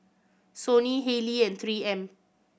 Sony Haylee and Three M